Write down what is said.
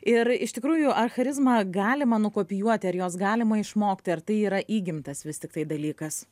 ir iš tikrųjų ar charizmą galima nukopijuoti ar jos galima išmokti ar tai yra įgimtas vis tiktai dalykas